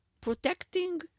protecting